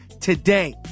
today